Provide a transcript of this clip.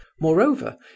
Moreover